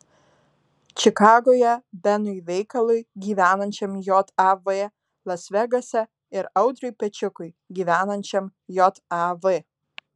čikagoje benui veikalui gyvenančiam jav las vegase ir audriui pečiukui gyvenančiam jav